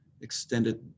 extended